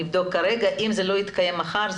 אם לא יתקיים דיון מחר,